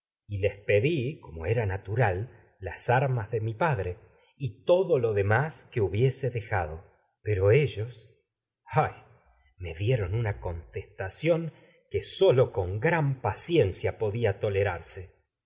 y les pédi como era natu ral las armas de mi padre y todo lo demás que hubiese dejado pero ellos ay me dieron una contestación qué sólo con gran paciencia podía tolerarse